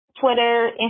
Twitter